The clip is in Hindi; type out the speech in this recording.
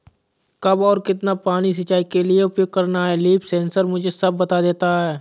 कब और कितना पानी सिंचाई के लिए उपयोग करना है लीफ सेंसर मुझे सब बता देता है